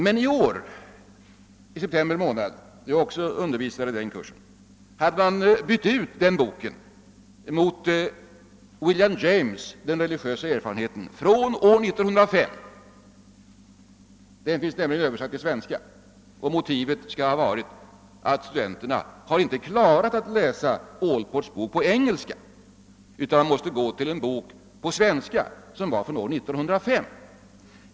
Men i september månad i år, när jag undervisade i samma kurs, hade den boken bytts ut mot William James, Den religiösa erfarenheten, från 1905. Den finns översatt till svenska. Motivet härför sägs ha varit att studenterna inte har klarat av att läsa Allports bok på engelska. Därför måste man ta till en bok på svenska från 1905.